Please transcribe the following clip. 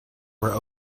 were